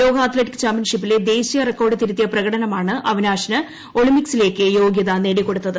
ലോക അത്ലറ്റിക് ചാമ്പ്യൻഷിപ്പിലെ ദേശീയ റെക്കോഡ് തിരുത്തിയ പ്രകടനമാണ് അവിനാഷിന് ഒളിമ്പിക്സിലേക്ക് യോഗൃത നേടിക്കൊടുത്തത്